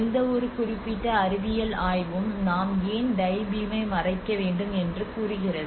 எந்தவொரு குறிப்பிட்ட அறிவியல் ஆய்வும் நாம் ஏன் டை பீமை மறைக்க வேண்டும் என்று கூறுகிறது